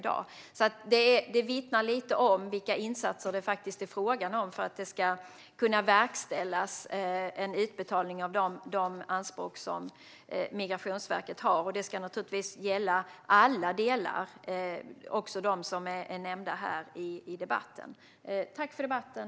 Det vittnar lite om vilka insatser det faktiskt är fråga om för att en utbetalning av de anspråk som görs på Migrationsverket ska kunna verkställas. Det ska naturligtvis gälla alla delar, också de som är nämnda här i debatten.